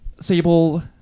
Sable